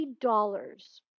dollars